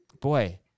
boy